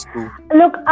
Look